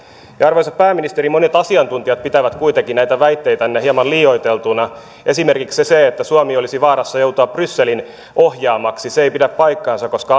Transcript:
arvoisa pääministeri monet asiantuntijat pitävät kuitenkin näitä väitteitänne hieman liioiteltuina esimerkiksi se se että suomi olisi vaarassa joutua brysselin ohjaamaksi ei pidä paikkaansa koska